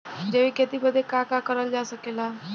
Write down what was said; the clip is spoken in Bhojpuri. जैविक खेती बदे का का करल जा सकेला?